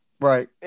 Right